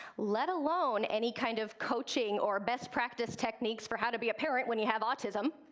let alone any kind of coaching or best practice techniques for how to be a parent when you have autism.